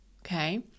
Okay